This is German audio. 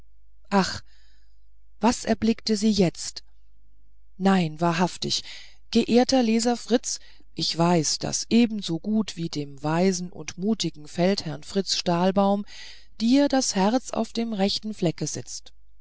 ach was erblickte sie jetzt nein wahrhaftig geehrter leser fritz ich weiß daß ebensogut wie dem weisen und mutigen feldherrn fritz stahlbaum dir das herz auf dem rechten flecke sitzt